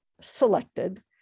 selected